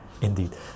indeed